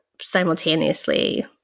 simultaneously